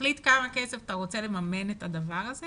בכמה כסף אתה רוצה לממן את הדבר הזה